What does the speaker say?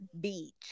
Beach